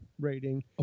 rating